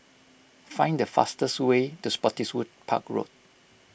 find the fastest way to Spottiswoode Park Road